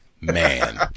man